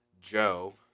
Joe